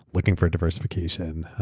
looking for diversification.